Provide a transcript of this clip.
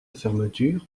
fermeture